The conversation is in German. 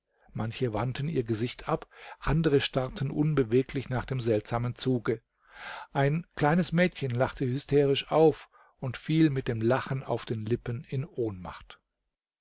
manche wandten ihr gesicht ab andere starrten unbeweglich nach dem seltsamen zuge ein kleines mädchen lachte hysterisch auf und fiel mit dem lachen auf den lippen in ohnmacht